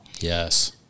Yes